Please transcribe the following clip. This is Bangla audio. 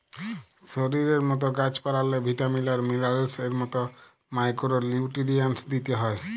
শরীরের মত গাহাচ পালাল্লে ভিটামিল আর মিলারেলস এর মত মাইকোরো নিউটিরিএন্টস দিতে হ্যয়